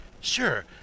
Sure